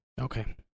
Okay